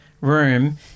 room